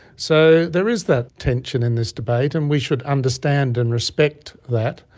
so there is that tension in this debate and we should understand and respect that.